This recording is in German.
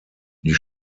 die